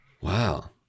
Wow